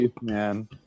man